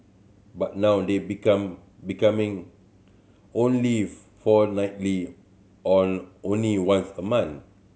but now they become becoming only fortnightly or only once a month